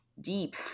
deep